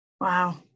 wow